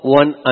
one